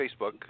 facebook